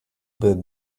bit